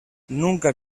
nunca